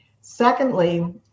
Secondly